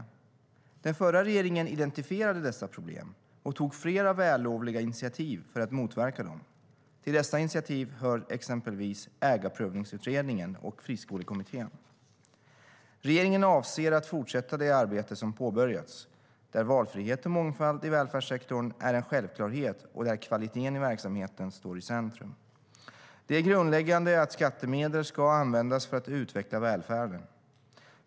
Den förra regeringen identifierade dessa problem och tog flera vällovliga initiativ för att motverka dem. Till dessa initiativ hör exempelvis Ägarprövningsutredningen och Friskolekommittén.Regeringen avser att fortsätta det arbete som påbörjats, där valfrihet och mångfald i välfärdssektorn är en självklarhet och där kvaliteten i verksamheten står i centrum. Det är grundläggande att skattemedel ska användas för att utveckla välfärden.